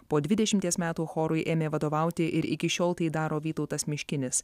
po dvidešimties metų chorui ėmė vadovauti ir iki šiol tai daro vytautas miškinis